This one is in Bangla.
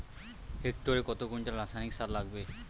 হেক্টরে কত কুইন্টাল রাসায়নিক সার লাগবে?